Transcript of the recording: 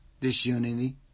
disunity